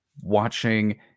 watching